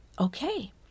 Okay